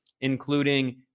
including